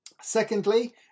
Secondly